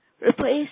replace